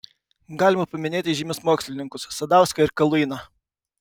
galima paminėti žymius mokslininkus sadauską ir kaluiną